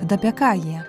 tad apie ką jie